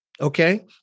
Okay